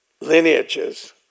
lineages